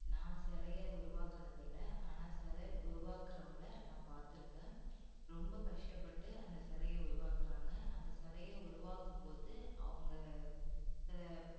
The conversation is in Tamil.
நான் சிலைய உருவாக்கினது இல்லை ஆனால் சிலை உருவாக்குகிறவங்கள நான் பார்த்துருக்கேன் ரொம்ப கஷ்டப்பட்டு அந்த சிலைய உருவாக்குகிறாங்க அந்த சிலைய உருவாக்கும் போது அவங்க சில